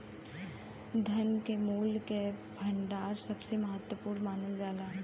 धन के मूल्य के भंडार सबसे महत्वपूर्ण मानल जाला